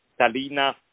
Talina